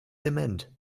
dement